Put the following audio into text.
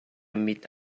mit